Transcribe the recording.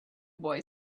boy